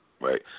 right